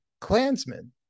Klansmen